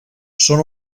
són